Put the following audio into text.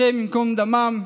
השם ייקום דמם,